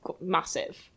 massive